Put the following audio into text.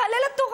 תעלה לתורה,